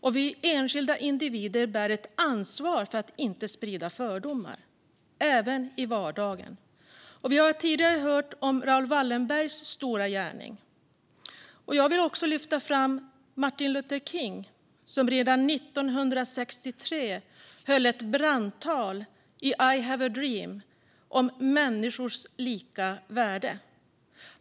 Vi som enskilda individer bär ett ansvar för att inte sprida fördomar, även i vardagen. Vi har tidigare hört om Raoul Wallenbergs stora gärning, men jag vill också lyfta fram Martin Luther King, som redan 1963 höll ett brandtal, I have a dream, om människors lika värde.